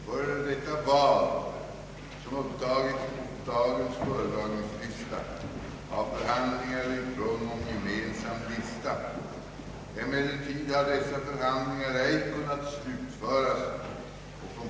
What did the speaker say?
För detta val har förhandlingar ägt rum om gemensam lista. Emellertid har dessa förhandlingar ej kunnat slutföras.